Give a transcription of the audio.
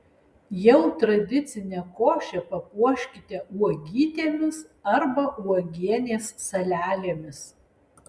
jau tradicinę košę papuoškite uogytėmis arba uogienės salelėmis